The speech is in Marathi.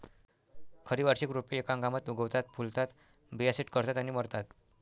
खरी वार्षिक रोपे एका हंगामात उगवतात, फुलतात, बिया सेट करतात आणि मरतात